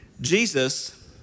Jesus